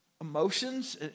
emotions